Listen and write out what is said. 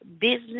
business